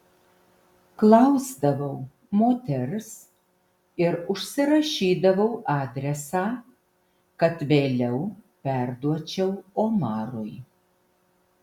klausdavau moters ir užsirašydavau adresą kad vėliau perduočiau omarui